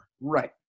Right